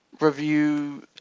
review